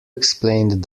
explained